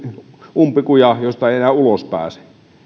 umpikuja josta ei enää ulos pääse